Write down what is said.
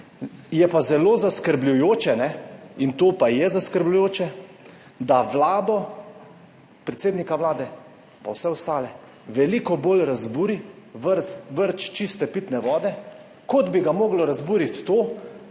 Je pa zelo zaskrbljujoče, in to pa je zaskrbljujoče, da vlado, predsednika Vlade pa vse ostale veliko bolj razburi vrč čiste pitne vode, kot bi ga moralo razburit to,